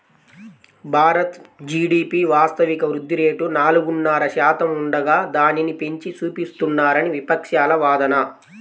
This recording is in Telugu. భారత్ జీడీపీ వాస్తవిక వృద్ధి రేటు నాలుగున్నర శాతం ఉండగా దానిని పెంచి చూపిస్తున్నారని విపక్షాల వాదన